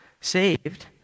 saved